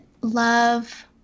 love